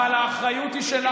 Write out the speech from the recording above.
הסתיימו, אבל האחריות היא שלנו.